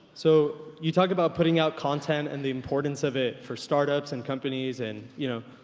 so, you talk about putting out content and the importance of it for startups and companies and you know.